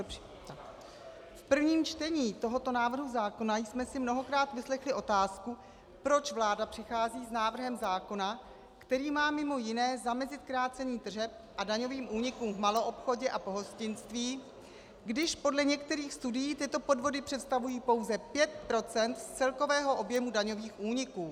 V prvním čtení tohoto návrhu zákona jsme si mnohokrát vyslechli otázku, proč vláda přichází s návrhem zákona, který má mimo jiné zamezit krácení tržeb a daňovým únikům v maloobchodě a pohostinství, když podle některých studií tyto podvody představují pouze 5 % z celkového objemu daňových úniků.